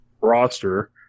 roster